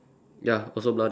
ya also bloody